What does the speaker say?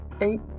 eight